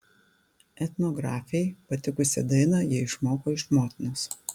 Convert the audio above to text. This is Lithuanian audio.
etnografei patikusią dainą ji išmoko iš motinos